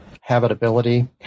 habitability